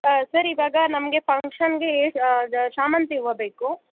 ಹಾಂ ಸರ್ ಇವಾಗ ನಮಗೆ ಫಂಕ್ಷನ್ಗೆ ಶಾಮಂತಿ ಹೂವು ಬೇಕು